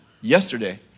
yesterday